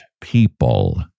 people